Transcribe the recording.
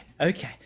okay